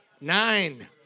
Nine